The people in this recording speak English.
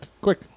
quick